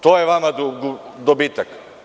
To je vama dobitak?